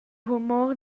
humor